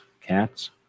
cats